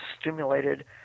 stimulated